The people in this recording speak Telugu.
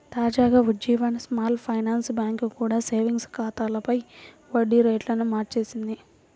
తాజాగా ఉజ్జీవన్ స్మాల్ ఫైనాన్స్ బ్యాంక్ కూడా సేవింగ్స్ ఖాతాలపై వడ్డీ రేట్లను మార్చేసింది